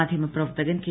മാധ്യമ പ്രവർത്തകൻ കെ